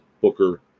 Booker